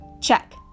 Check